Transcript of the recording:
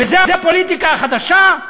וזה הפוליטיקה החדשה?